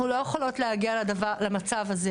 אנחנו לא יכולות להגיע למצב הזה,